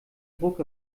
druck